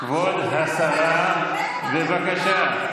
כבוד השרה, בבקשה.